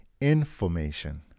information